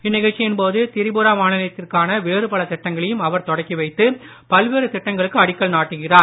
இந்நிகழ்ச்சியின் போது திரிபுரா மாநிலத்திற்கான வேறு பல திட்டங்களையும் அவர் தொடங்கி வைத்து பல்வேறு திட்டங்களுக்கு அடிக்கல் நாட்டுகிறார்